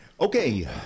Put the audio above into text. Okay